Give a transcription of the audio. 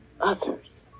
others